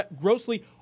grossly